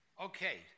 Okay